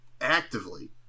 actively